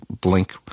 blink